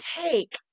take